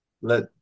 let